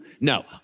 No